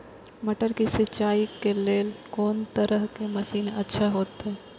मटर के सिंचाई के लेल कोन तरह के मशीन अच्छा होते?